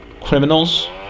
Criminals